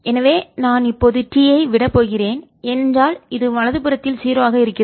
எனவே நான் இப்போது T ஐ விட போகிறேன் ஏனென்றால் இது வலது புறத்தில் 0 ஆக இருக்கிறது